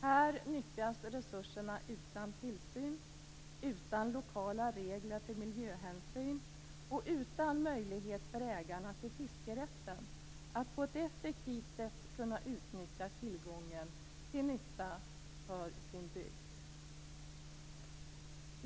Här nyttjas resurserna utan tillsyn, utan lokala regler för miljöhänsyn och utan möjlighet för ägarna till fiskerätten att på ett effektivt sätt kunna nyttja tillgången till nytta för sin bygd.